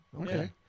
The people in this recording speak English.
Okay